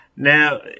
Now